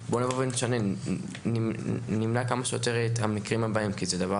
לבוא ולשנות ושנמנע כמה שיותר את המקרים הבאים כי זה דבר